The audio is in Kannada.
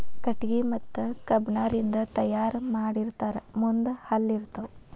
ಕಟಗಿ ಮತ್ತ ಕಬ್ಬಣ ರಿಂದ ತಯಾರ ಮಾಡಿರತಾರ ಮುಂದ ಹಲ್ಲ ಇರತಾವ